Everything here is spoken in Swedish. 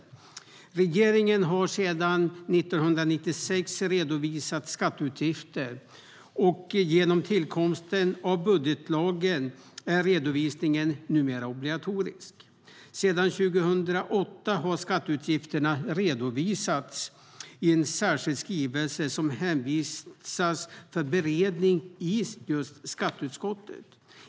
Redovisning av skatteutgifter 2015 Regeringen har sedan 1996 redovisat skatteutgifter, och genom tillkomsten av budgetlagen är redovisningen numera obligatorisk. Sedan 2008 har skatteutgifterna redovisats i en särskild skrivelse som hänvisas för beredning i skatteutskottet.